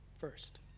first